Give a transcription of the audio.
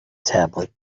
tablet